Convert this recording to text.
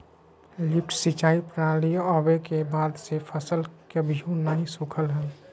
lift सिंचाई प्रणाली आवे के बाद से फसल कभियो नय सुखलय हई